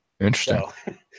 interesting